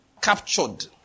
captured